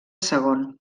segon